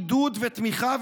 עידוד ותמיכה,